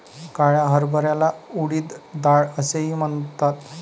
काळ्या हरभऱ्याला उडीद डाळ असेही म्हणतात